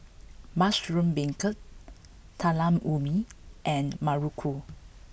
Mushroom Beancurd Talam Ubi and Muruku